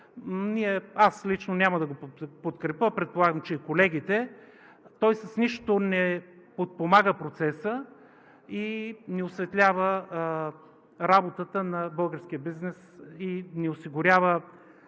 Лично аз няма да го подкрепя, предполагам, че и колегите. Той с нищо не подпомага процеса и не осветлява работата на българския бизнес. Не осигурява